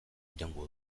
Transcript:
iraungo